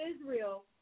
Israel